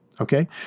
okay